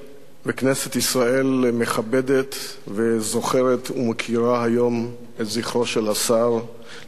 כנסת ישראל מכבדת וזוכרת ומוקירה היום את זכרו של השר לשעבר,